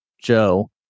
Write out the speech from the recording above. Joe